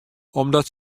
omdat